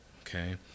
okay